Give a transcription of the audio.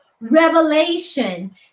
revelation